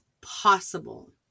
possible